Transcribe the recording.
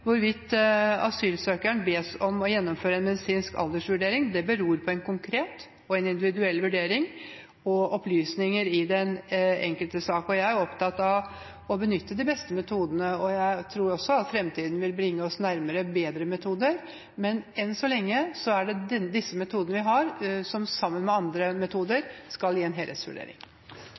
Hvorvidt asylsøkeren bes om å gjennomføre en medisinsk aldersvurdering, beror på en konkret og individuell vurdering og opplysninger i den enkelte sak. Jeg er opptatt av å benytte de beste metodene, og jeg tror også at framtiden vil bringe oss nærmere bedre metoder. Men enn så lenge er det disse metodene vi har, som sammen med andre metoder skal gi en helhetsvurdering.